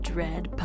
Dread